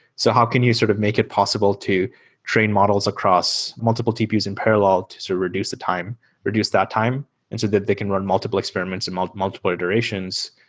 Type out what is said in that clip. so how can you sort of make it possible to train models across multiple tpus in parallel to sort of reduce the time reduce that time and so that they can run multiple experiments and multiple multiple iterations?